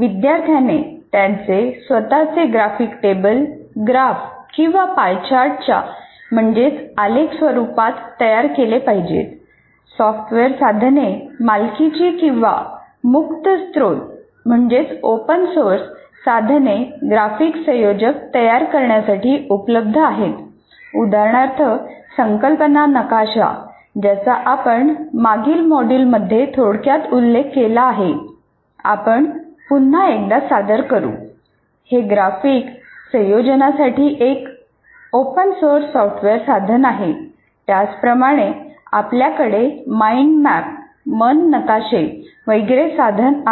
विद्यार्थ्याने त्यांचे स्वतःचे ग्राफिक्स टेबल ग्राफ किंवा पाय चार्टच्या वगैरे साधन आहे